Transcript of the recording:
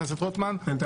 בבקשה.